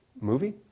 movie